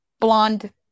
blonde